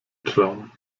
traum